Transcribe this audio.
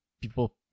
people